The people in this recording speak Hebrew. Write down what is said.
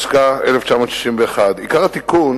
התשכ"א 1961. עיקר התיקון